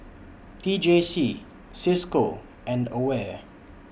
T J C CISCO and AWARE